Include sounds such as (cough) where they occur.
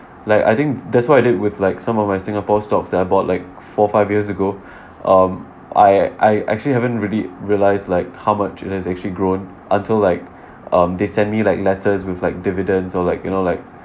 like I think that's what I did with like some of my singapore stocks that I bought like four five years ago (breath) um I I actually haven't really realise like how much it has actually grown until like um they sent me like letters with like dividends or like you know like